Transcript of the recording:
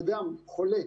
אדם חולה,